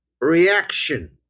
reaction